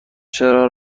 چرا